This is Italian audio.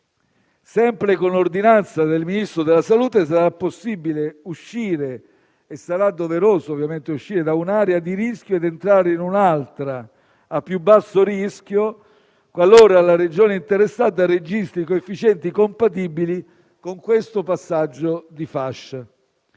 Sempre con ordinanza del Ministro della salute, sarà possibile - e doveroso - uscire da un'area di rischio ed entrare in un'altra a più basso rischio, qualora la Regione interessata registri coefficienti compatibili con il passaggio di fascia.